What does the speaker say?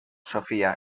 sophia